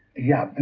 yah,